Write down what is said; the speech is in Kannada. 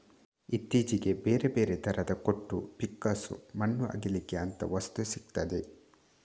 ಇತ್ತೀಚೆಗೆ ಬೇರೆ ಬೇರೆ ತರದ ಕೊಟ್ಟು, ಪಿಕ್ಕಾಸು, ಮಣ್ಣು ಅಗೀಲಿಕ್ಕೆ ಅಂತ ವಸ್ತು ಸಿಗ್ತದೆ